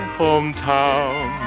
hometown